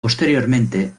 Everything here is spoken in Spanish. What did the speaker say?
posteriormente